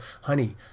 honey